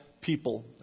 people